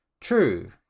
true